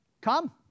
come